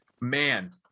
man